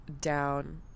down